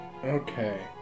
Okay